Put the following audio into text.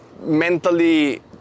mentally